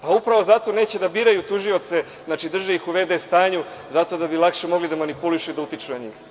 Pa, upravo zato neće da biraju tužioce, drže ih u vd stanju zato da bi lakše mogli da manipulišu i da utiču na njih.